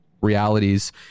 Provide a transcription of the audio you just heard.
realities